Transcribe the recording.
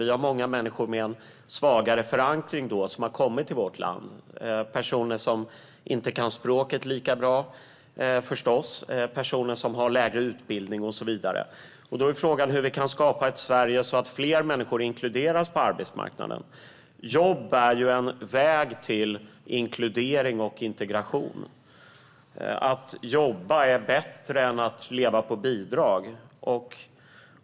Det är många människor med en svagare förankring som har kommit till vårt land, personer som förstås inte kan språket lika bra, har lägre utbildning och så vidare. Då är frågan hur vi kan skapa ett Sverige där fler människor inkluderas på arbetsmarknaden. Jobb är ju en väg till inkludering och integration. Att jobba är bättre än att leva på bidrag.